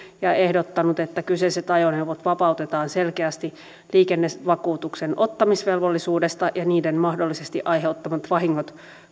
ja ehdottanut että kyseiset ajoneuvot vapautetaan selkeästi liikennevakuutuksen ottamisvelvollisuudesta ja niiden mahdollisesti aiheuttamat vahingot